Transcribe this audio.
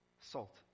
salt